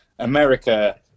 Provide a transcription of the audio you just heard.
america